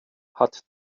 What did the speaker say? hat